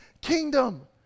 kingdom